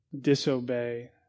disobey